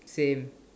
same